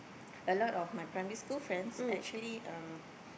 a lot of my primary school friends actually um